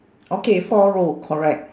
okay four row correct